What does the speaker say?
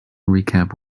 recap